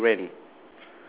shack to rent